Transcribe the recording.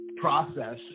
process